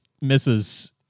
misses